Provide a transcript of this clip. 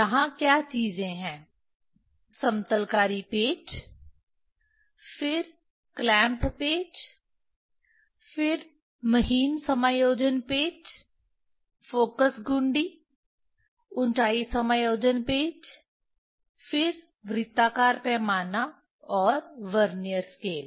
यहां क्या चीजें हैं समतलकारी पेच फिर क्लैंप पेच फिर महीन समायोजन पेच फ़ोकस घुंडी ऊंचाई समायोजन पेंच फिर वृत्ताकार पैमाना और वर्नियर स्केल